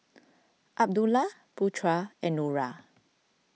Abdullah Putra and Nura